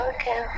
Okay